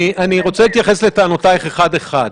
אני רוצה להתייחס לטענותייך אחת-אחת.